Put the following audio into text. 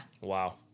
Wow